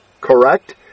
Correct